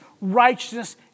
righteousness